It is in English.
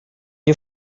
you